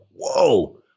whoa